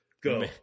go